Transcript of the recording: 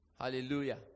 Hallelujah